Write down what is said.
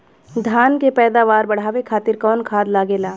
धान के पैदावार बढ़ावे खातिर कौन खाद लागेला?